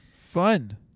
Fun